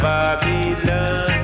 Babylon